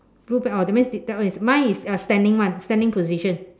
blue pants orh that means that one is mine is standing [one] standing position